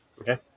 Okay